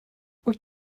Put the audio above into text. wyt